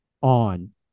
on